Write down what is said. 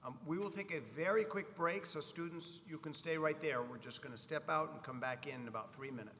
n we will take a very quick break so students you can stay right there we're just going to step out and come back in about three minutes